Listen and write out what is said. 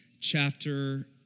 Chapter